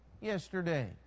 yesterday